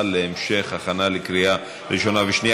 להמשך הכנה לקריאה שנייה ושלישית.